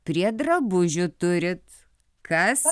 prie drabužių turit kas